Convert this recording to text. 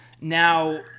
Now